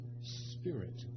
spirit